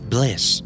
Bliss